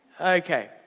Okay